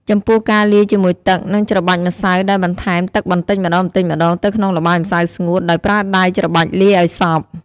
ចំពោះការលាយជាមួយទឹក និងច្របាច់ម្សៅដោយបន្ថែមទឹកបន្តិចម្តងៗទៅក្នុងល្បាយម្សៅស្ងួត ដោយប្រើដៃច្របាច់លាយឱ្យសព្វ។